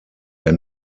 der